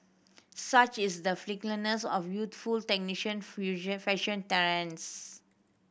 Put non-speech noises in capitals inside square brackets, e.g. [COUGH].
such is the fickleness of youthful [UNINTELLIGIBLE] fashion [UNINTELLIGIBLE]